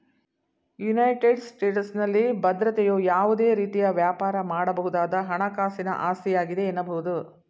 United ಸ್ಟೇಟಸ್ನಲ್ಲಿ ಭದ್ರತೆಯು ಯಾವುದೇ ರೀತಿಯ ವ್ಯಾಪಾರ ಮಾಡಬಹುದಾದ ಹಣಕಾಸಿನ ಆಸ್ತಿಯಾಗಿದೆ ಎನ್ನಬಹುದು